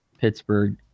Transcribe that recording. Pittsburgh